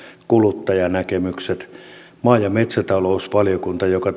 kuluttajanäkemykset sekä se että maa ja metsätalousvaliokunta joka